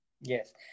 Yes